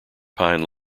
pine